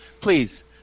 please